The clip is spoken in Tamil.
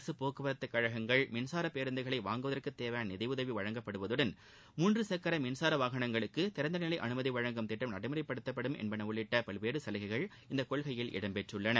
அரசு போக்குவரத்துக் கழகங்கள் மின்சார பேருந்துகளை வாங்குவதற்கு தேவையான நிதி உதவி வழங்கப்படுவதுடன் மூன்று சக்கர மின்சார வாகனங்களுக்கு திறந்த நிலை அனுமதி வழங்கும் திட்டம் நடைமுறைப்படுத்தப்படும் என்பன உள்ளிட்ட பல்வேறு சலுகைகள் இந்த கொள்கையில் இடம்பெற்றுள்ளன